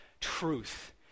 truth